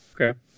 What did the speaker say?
Okay